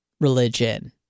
religion